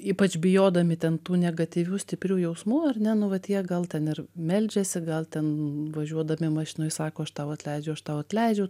ypač bijodami ten tų negatyvių stiprių jausmų ar ne nu vat jie gal ten ir meldžiasi gal ten važiuodami mašinoj sako aš tau atleidžiu aš tau atleidžiu